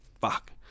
fuck